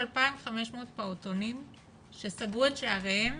יש 2,500 פעוטונים שסגרו את שעריהם